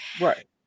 Right